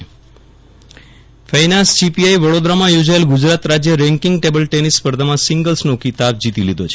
વિરલ રાણા રાજ્ય table tennis Fenaz છિપીયાએ વડોદરામાં યોજાયેલ ગુજરાત રાજ્ય રેન્કિંગ ટેબલ ટેનિસ સ્પર્ધામાં સિંગલ્સનો ખિતાબ જીતી લીધો છે